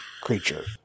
creature